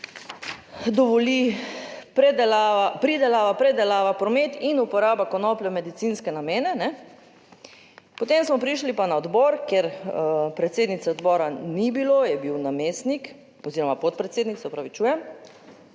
pridelava, predelava, promet in uporaba konoplje v medicinske namene. Potem smo prišli pa na odbor, kjer predsednice odbora ni bilo, je bil namestnik oziroma podpredsednik, se opravičujem,